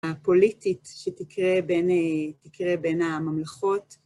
הפוליטית שתקרה בין הממלכות.